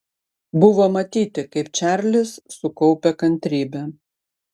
buvo matyti kaip čarlis sukaupia kantrybę